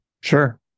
Sure